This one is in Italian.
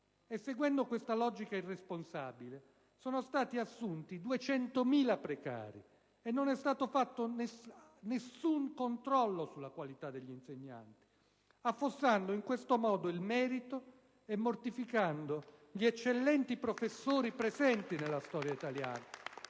Seguendo questa logica irresponsabile sono stati assunti 200.000 precari e non è stato fatto nessun controllo sulla qualità degli insegnanti, affossando in questo modo il merito e mortificando gli eccellenti professori presenti nella scuola italiana